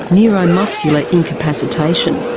neuromuscular incapacitation.